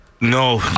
No